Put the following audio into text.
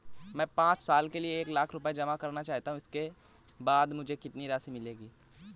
मैं पाँच साल के लिए एक लाख रूपए जमा करना चाहता हूँ इसके बाद मुझे कितनी राशि मिलेगी?